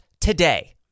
today